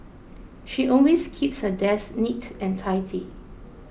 she always keeps her desk neat and tidy